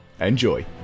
Enjoy